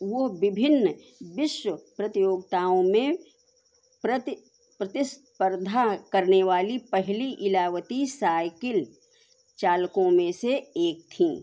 वह विभिन्न विश्व प्रतियोगिताओं में प्रति प्रतिस्पर्धा करने वाली पहली इतालवी साइकिल चालकों में से एक थीं